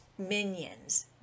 minions